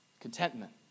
Contentment